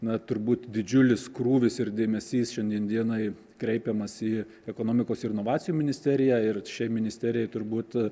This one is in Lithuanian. na turbūt didžiulis krūvis ir dėmesys šiandien dienai kreipiamas į ekonomikos ir inovacijų ministeriją ir šiai ministerijai turbūt